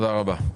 תודה רבה.